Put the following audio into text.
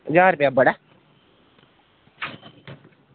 ज्हार रपेआ बड़ा